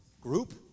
group